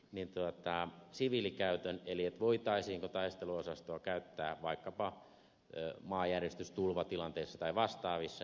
niin taikka siviilikäytön eli voitaisiinko taisteluosastoa käyttää vaikkapa maanjäristys tulvatilanteissa tai vastaavissa